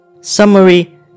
Summary